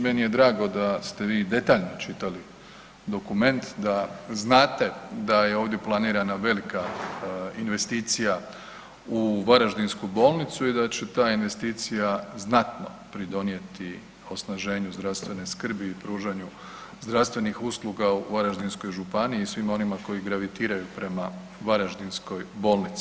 Meni je drago da ste vi detaljno čitali dokument, da znate da je ovdje planirana velika investicija u varaždinsku bolnicu i da će ta investicija znat pridonijeti osnaženju zdravstvene skrbi i pružanju zdravstvenih usluga u Varaždinskoj županiji i svima onima koji gravitiraju prema varaždinskoj bolnici.